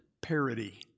parity